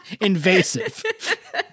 invasive